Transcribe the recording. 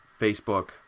Facebook